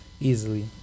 easily